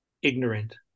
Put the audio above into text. ignorant